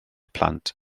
plant